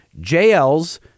jl's